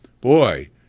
Boy